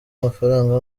amafaranga